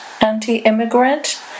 anti-immigrant